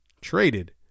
traded